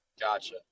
Gotcha